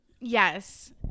Yes